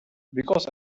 because